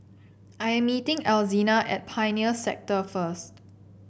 I am meeting Alzina at Pioneer Sector first